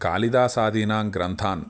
कालिदासादीनान् ग्रन्थान्